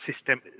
system